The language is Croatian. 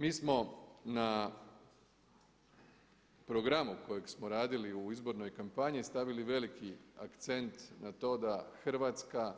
Mi smo na programu na kojem smo radili u izbornoj kampanji stavili veliki akcent na to da Hrvatska